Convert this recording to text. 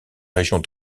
régions